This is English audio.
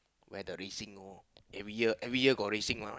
where the racing loh every year every year got racing lah